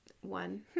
one